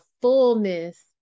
fullness